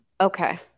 okay